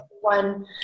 One